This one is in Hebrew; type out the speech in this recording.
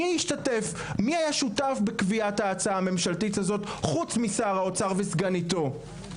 מי היה שותף בקביעת ההצעה הממשלתית הזו חוץ משר האוצר וסגניתו?